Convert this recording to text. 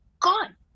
gone